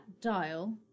dial